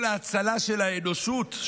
כל ההצלה של האנושות,